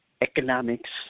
economics